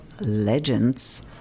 legends